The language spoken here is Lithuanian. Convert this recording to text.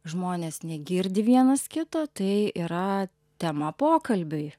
žmonės negirdi vienas kito tai yra tema pokalbiui